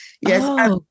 Yes